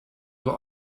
were